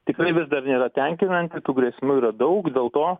tikrai vis dar nėra tenkinanti tų grėsmių yra daug dėl to